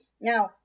Now